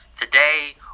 Today